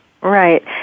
Right